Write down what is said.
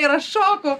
ir aš šoku